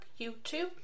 YouTube